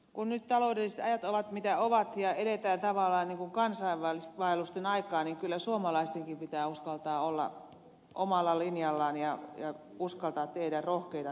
kun nyt taloudelliset ajat ovat mitä ovat ja eletään tavallaan niin kuin kansainvaellusten aikaa niin kyllä suomalaistenkin pitää uskaltaa olla omalla linjallaan ja uskaltaa tehdä rohkeita päätöksiä